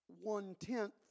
one-tenth